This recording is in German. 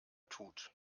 tut